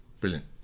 Brilliant